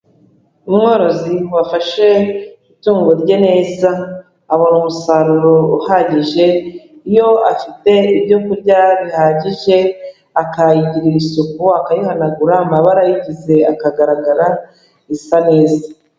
Umworozi wafashe itungo rye neza abona umusaruro uhagije, iyo afite ibyo kurya bihagije akayigirira isuku, akayihanagura amabara yose akagaragara isa neza.